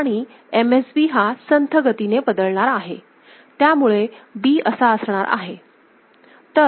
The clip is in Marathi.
आणि MSB हा संथ गतीने बदलणार आहे त्यामुळे B असा असणार आहे